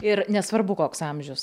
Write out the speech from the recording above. ir nesvarbu koks amžius